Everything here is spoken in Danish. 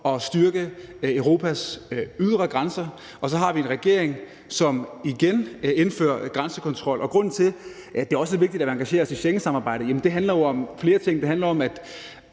at styrke Europas ydre grænser. Og så har vi en regering, som igen indfører grænsekontrol. Og grunden til, at det også er vigtigt at engagere sig i Schengensamarbejdet, handler jo om flere ting. Det handler om, at